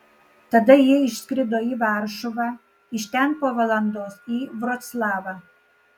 tada jie išskrido į varšuvą iš ten po valandos į vroclavą